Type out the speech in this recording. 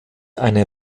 eine